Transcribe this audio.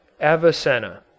Avicenna